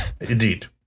indeed